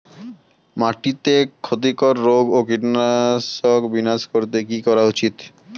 মাটিতে ক্ষতি কর রোগ ও কীট বিনাশ করতে কি করা উচিৎ?